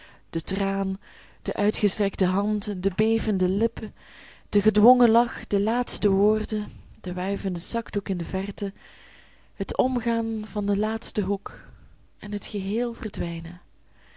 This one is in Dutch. de traan de uitgestrekte hand de bevende lip de gedwongen lach de laatste woorden de wuivende zakdoek in de verte het omgaan van den laatsten hoek en het geheel verdwijnen